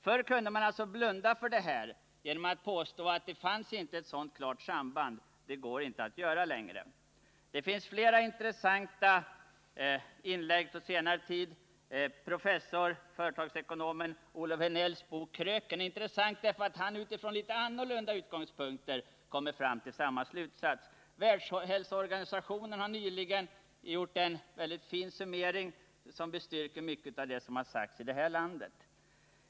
Förr kunde man blunda för detta genom att påstå att det inte finns ett sådant klart samband. Det går inte att göra längre. Det finns flera intressanta inlägg på senare tid. Professorn och företagsekonomen Olof Henells bok ”Kröken” är läsvärd därför att han utifrån litet annorlunda utgångspunkter kommer fram till samma slutsats. Världshälsoorganisationen har nyligen gjort en mycket fin summering som bekräftar mycket av det som sagts i det här landet.